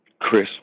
Chris